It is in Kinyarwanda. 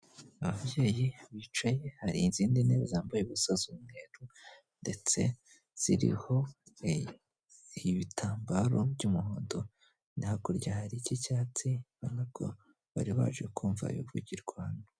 Ababyeyi bicaye, hari izindi ntebe zambaye ubusa z'umweru ndetse ziriho ibitambaro by'umuhondo, hakurya hari icy'icyatsi ubona ko bari baje kumva ibivugirwamo.